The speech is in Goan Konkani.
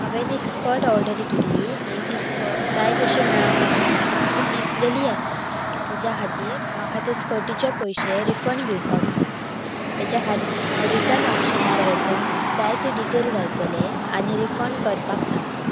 हांवें एक स्कर्ट ऑर्डर केल्ली आनी ती स्कर्ट जाय तशी मेळोंक ना ती पिजलेली आसा तेच्या खातीर म्हाका ते स्कर्टीचे पयशे रिफंड घेवपाक जाय तेच्या खातीर हांव रिटर्न ऑप्शनार वचोन जाय ते डिटेल घालतले आनी रिफंड करपाक सांगतलें